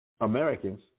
Americans